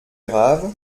grave